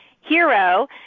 hero